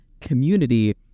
community